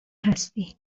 هستی